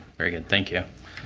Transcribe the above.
very good. thank you.